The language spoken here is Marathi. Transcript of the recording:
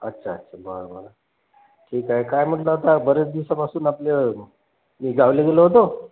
अच्छा अच्छा बरं बरं ठीक आहे काय मग आता बरेच दिवसापासून आपलं मी गावाला गेलो होतो